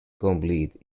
complete